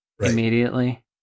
immediately